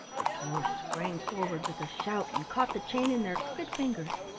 the dwarfs sprang forward with a shout and caught the chain in their crooked fingers.